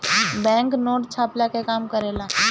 bank note छ्पला के काम करेला